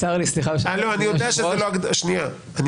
סליחה, צר לי, אדוני היושב ראש --- אני יודע.